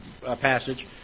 passage